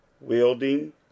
wielding